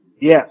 Yes